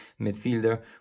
midfielder